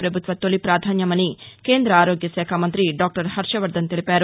ప్రభుత్వ తొలి ప్రాధాన్యమని కేంద్ర ఆరోగ్యశాఖ మంతి దాక్టర్ హర్షవర్దన్ తెలిపారు